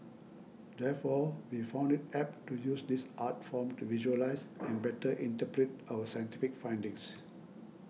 therefore we found it apt to use this art form to visualise and better interpret our scientific findings